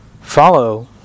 follow